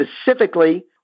specifically